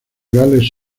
gales